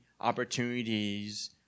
opportunities